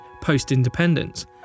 post-independence